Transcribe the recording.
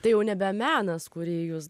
tai jau nebe menas kurį jūs